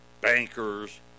Bankers